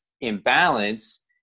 imbalance